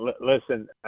Listen